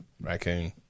Raccoon